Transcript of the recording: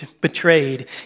betrayed